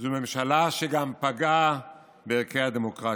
זו ממשלה שגם פגעה בערכי הדמוקרטיה.